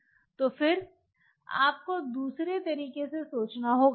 तो फिर आपको दूसरे तरीके से सोचना होगा